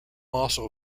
also